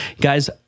guys